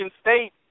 State